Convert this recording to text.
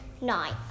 nine